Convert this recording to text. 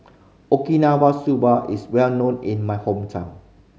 Okinawa Soba is well known in my hometown